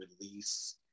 release